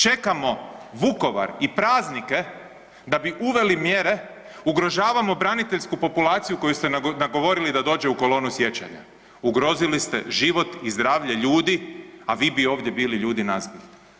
Čekamo Vukovar i praznike da bi uveli mjere, ugrožavamo braniteljsku populaciju koju ste nagovorili da dođe u kolonu sjećanja, ugrozili ste život i zdravlje ljudi, a vi bi ovdje bili ljudi nazbilj.